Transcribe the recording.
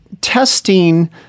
testing